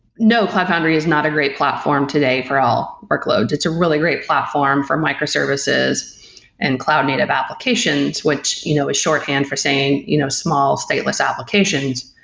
no. cloud foundry is not a great platform today for all workloads. it's a really great platform for microservices and cloud native applications, which you know is shorthand for saying you know small, stateless applications.